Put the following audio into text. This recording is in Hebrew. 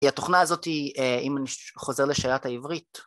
התוכנה הזאתי אם אני חוזר לשאלת העברית